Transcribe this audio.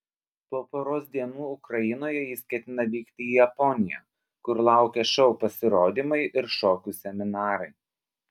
po poros dienų ukrainoje jis ketina vykti į japoniją kur laukia šou pasirodymai ir šokių seminarai